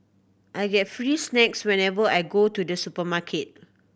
I get free snacks whenever I go to the supermarket